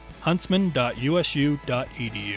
huntsman.usu.edu